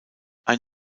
ein